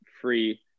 free